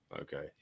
Okay